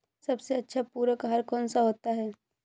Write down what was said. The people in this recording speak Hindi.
सबसे अच्छा पूरक आहार कौन सा होता है?